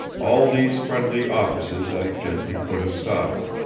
all these friendly offices i gently put aside,